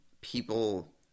people